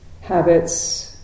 habits